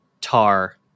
Tar